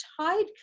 tide